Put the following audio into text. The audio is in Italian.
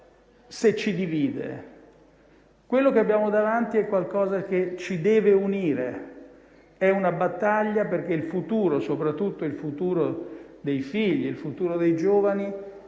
se ci divide. Quello che abbiamo davanti ci deve unire, è una battaglia perché il futuro - soprattutto il futuro dei figli, il futuro dei giovani